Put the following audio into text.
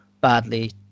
badly